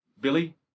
Billy